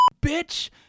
bitch